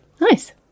Nice